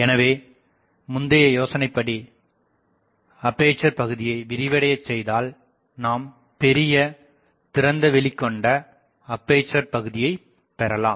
எனவே முந்தைய யோசைனைபடி அப்பேசர் பகுதியை விரிவடைய செய்தால் நாம் பெரிய திறந்தவெளிகொண்ட அப்பேசர் பகுதியைபெறலாம்